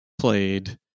played